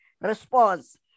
response